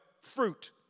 Fruit